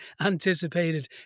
anticipated